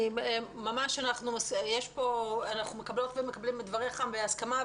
אנחנו מקבלות ומקבלים את דבריך בהסכמה,